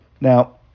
Now